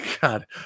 God